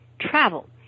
travel